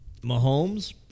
Mahomes